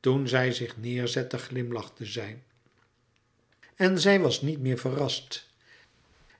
toen zij zich neêrzette glimlachte zij en zij louis couperus metamorfoze was niet meer verrast